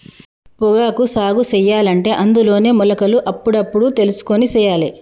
పొగాకు సాగు సెయ్యలంటే అందులోనే మొలకలు అప్పుడప్పుడు తెలుసుకొని సెయ్యాలే